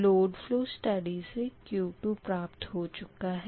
load flow study से Q2 प्राप्त हो चुका है